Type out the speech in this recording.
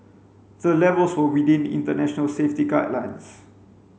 the levels were within international safety guidelines